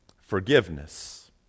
forgiveness